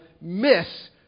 miss